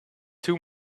too